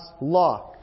law